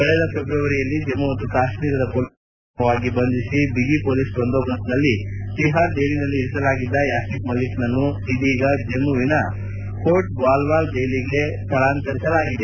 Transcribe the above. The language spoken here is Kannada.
ಕಳೆದ ಫೆಬ್ರುವರಿಯಲ್ಲಿ ಜಮ್ನು ಮತ್ತು ಕಾಶ್ನೀರದ ಪೊಲೀಸರು ಮುನ್ನೆಚ್ಚರಿಕಾ ಕ್ರಮವಾಗಿ ಬಂಧಿಸಿ ಬಿಗಿ ಪೊಲೀಸ್ ಬಂದೋಬಸ್ತ್ನಲ್ಲಿ ತಿಹಾರ್ ಜೈಲಿನಲ್ಲಿ ಇರಿಸಲಾಗಿದ್ದ ಯಾಸಿಕ್ ಮಲಿಕ್ನನ್ನು ಇದೀಗ ಜಮ್ಲುವಿನ ಕೋಟ್ಬಾಲ್ವಾಲ್ ಜ್ನೆಲಿಗೆ ಸ್ಥಳಾಂತರಿಸಲಾಗಿದೆ